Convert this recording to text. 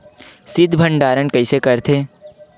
शीत भंडारण कइसे करथे?